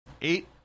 eight